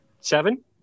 Seven